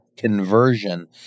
conversion